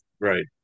right